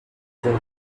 desert